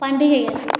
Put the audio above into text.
பண்டிகைகள்